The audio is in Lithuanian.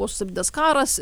buvo sustabdytas karas